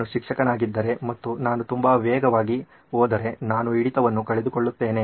ನಾನು ಶಿಕ್ಷಕನಾಗಿದ್ದರೆ ಮತ್ತು ನಾನು ತುಂಬಾ ವೇಗವಾಗಿ ಹೋದರೆ ನಾನು ಹಿಡಿತವನ್ನು ಕಳೆದುಕೊಳ್ಳುತ್ತೇನೆ